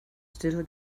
still